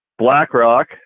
BlackRock